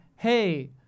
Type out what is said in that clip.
hey